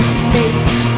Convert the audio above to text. speech